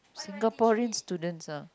Singaporean students ah